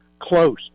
close